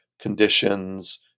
conditions